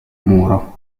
muro